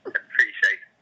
appreciate